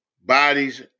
Bodies